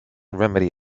remedy